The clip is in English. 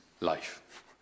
life